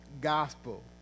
gospel